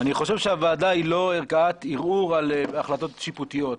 אני חושב שהוועדה היא לא ערכאת ערעור על החלטות שיפוטיות.